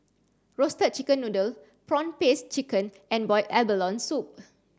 roasted chicken noodle prawn paste chicken and boiled abalone soup